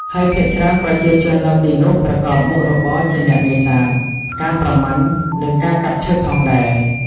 ហើយភាគច្រើនប្រជាជននៅទីនោះប្រកបមុខរបរជាអ្នកនេសាទ ការប្រមាញ់ និងការកាប់ឈើផងដែរ។